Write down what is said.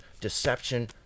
deception